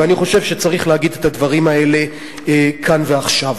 ואני חושב שצריך להגיד את הדברים האלה כאן ועכשיו.